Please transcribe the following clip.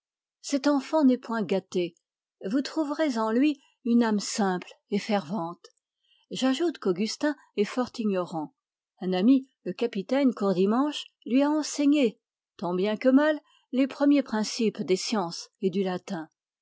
cet enfant n'est point gâté vous trouverez en lui une âme simple et fervente j'ajoute qu'augustin est fort ignorant un ami le capitaine courdimanche lui a enseigné tant bien que mal les premiers principes des sciences et du latin